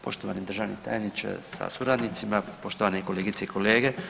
Poštovani državni tajniče sa suradnicima, poštovane kolegice i kolege.